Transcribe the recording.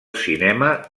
cinema